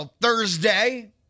Thursday